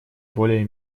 более